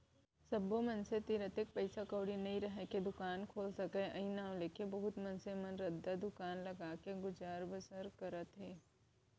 सब्बो मनसे तीर अतेक पइसा कउड़ी नइ राहय के दुकान खोल सकय अई नांव लेके बहुत मनसे मन रद्दा दुकान लगाके गुजर बसर करत हें